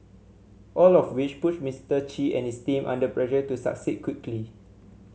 all of which puts Mister Chi and his team under pressure to succeed quickly